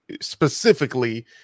specifically